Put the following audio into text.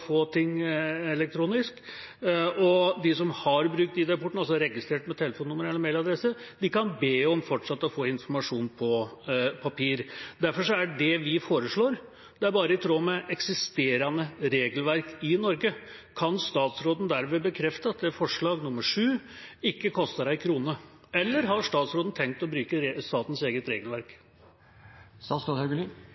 få ting elektronisk. De som har brukt ID-porten, altså er registrert med telefonnummer eller mailadresse, kan be om fortsatt å få informasjon på papir. Derfor er det vi foreslår, bare i tråd med eksisterende regelverk i Norge. Kan statsråden dermed bekrefte at forslag nr. 7 ikke koster en krone? Eller har statsråden tenkt å bryte statens eget regelverk? Dette er ikke i strid med statens eget regelverk,